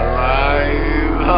Alive